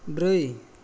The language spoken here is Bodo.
ब्रै